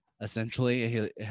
essentially